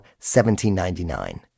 $1,799